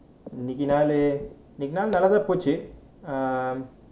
இன்னிக்கு நாள் நல்லாதான் போச்சு:innikku naal nallaathaan pochu um